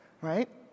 right